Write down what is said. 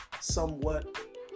somewhat